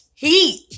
heat